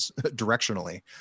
directionally